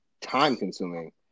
time-consuming